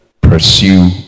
pursue